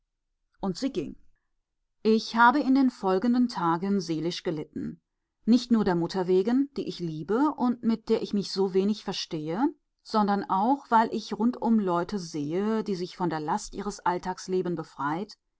und sie ging ich habe in den folgenden tagen seelisch gelitten nicht nur der mutter wegen die ich liebe und mit der ich mich so wenig verstehe sondern auch weil ich rundum leute sehe die sich von der last ihres alltagslebens befreit